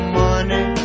money